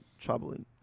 troubling